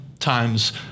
Times